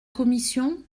commission